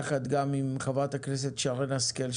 יחד עם חברת שרן השכל,